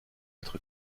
être